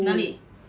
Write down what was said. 哪里